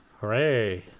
Hooray